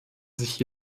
sich